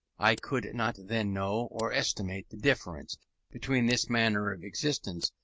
i could not then know or estimate the difference between this manner of existence,